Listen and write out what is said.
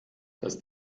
das